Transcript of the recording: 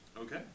Okay